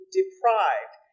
deprived